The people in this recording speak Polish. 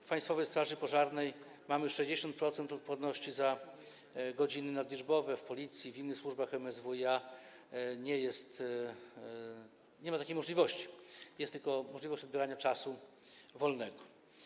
W Państwowej Straży Pożarnej mamy już w wysokości 60% odpłatność za godziny nadliczbowe, w Policji, w innych służbach MSWiA nie ma takiej możliwości, jest tylko możliwość odbierania czasu wolnego.